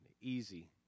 easy